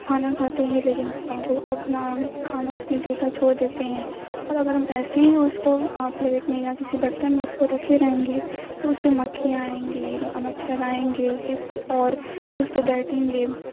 کھانا کھاتے ہیں لیکن وہ اپنا کھانا اس میں جھوٹا چھوڑ دیتے ہیں اور اگر ہم ایسے ہی اس کو پلیٹ میں یا کسی برتن میں اس کو رکھے رہیں گے تو اس پہ مکھیاں آئیں گی مچھر آئیں گے جس کی اور اس پر بیٹھیں گے